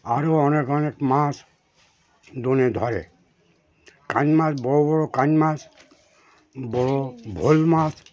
আরও অনেক অনেক মাছ ডোনে ধরে কান মাছ বড বড় কান মাছ বড় ভোল মাছ